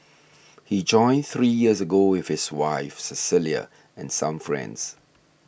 he joined three years ago with his wife Cecilia and some friends